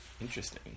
Interesting